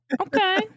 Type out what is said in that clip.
okay